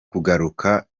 kugaruka